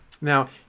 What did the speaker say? Now